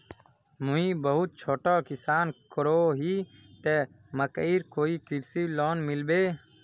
मुई बहुत छोटो किसान करोही ते मकईर कोई कृषि लोन मिलबे?